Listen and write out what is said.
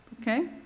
Okay